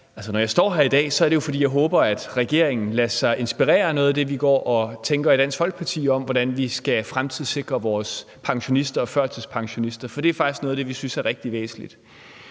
Når jeg står her i dag, er det jo, fordi jeg håber, at regeringen lader sig inspirere af noget af det, vi går og tænker i Dansk Folkeparti om, hvordan vi skal fremtidssikre vores pensionister og førtidspensionister. For det er faktisk noget af det, vi synes er rigtig væsentligt.